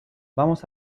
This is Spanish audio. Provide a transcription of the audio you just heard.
vamos